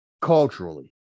culturally